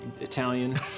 Italian